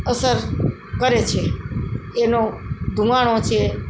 અસર કરે છે એનો ધુમાડો છે